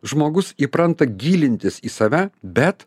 žmogus įpranta gilintis į save bet